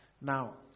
Now